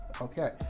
Okay